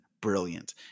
brilliant